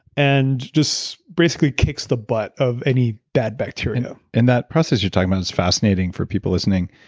and just basically kicks the butt of any dead bacteria and that process you're talking about is fascinating for people listening.